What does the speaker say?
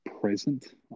present